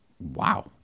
Wow